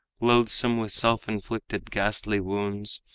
loathsome with self-inflicted ghastly wounds,